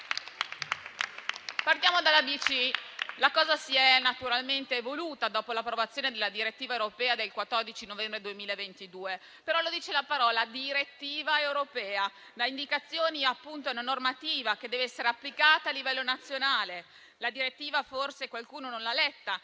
Partiamo dall'ABC. La questione si è naturalmente evoluta dopo l'approvazione della direttiva europea del 14 novembre 2022. Lo dice la stessa parola, "direttiva europea": dà indicazioni ed è una normativa che deve essere applicata a livello nazionale. La direttiva forse qualcuno non l'ha letta,